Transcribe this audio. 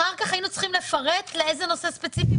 אחר כך היינו צריכים לפרט לאיזה נושא ספציפי,